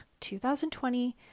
2020